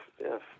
yes